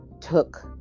took